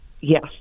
Yes